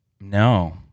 no